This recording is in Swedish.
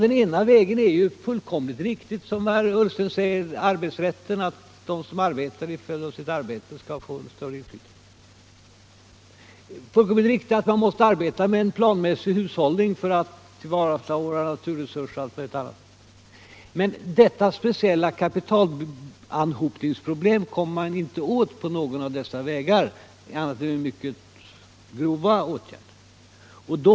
En väg är, som herr Ullsten fullkomligt riktigt säger, att de som arbetar till följd av sitt arbete skall få större inflytande. Det är också fullkomligt riktigt att vi måste arbeta med en planmässig hushållning för att tillvarata våra naturresurser och allt möjligt annat. Men detta speciella kapitalanhopningsproblem kommer man inte åt på någon av dessa vägar annat än med mycket grova åtgärder.